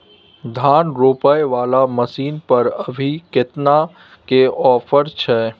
धान रोपय वाला मसीन पर अभी केतना के ऑफर छै?